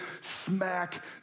smack